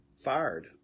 fired